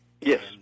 Yes